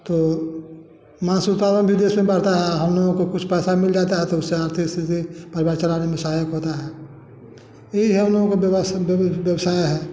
तो माँस उसका विदेश में बढ़ता है हम लोग को कुछ पैसा मिल जाता है तो उससे आर्थिक स्थिति परिवार चलाने में सहायक होता है यही हम लोग का वेवस विधि व्यवसाय है समय स